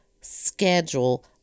schedule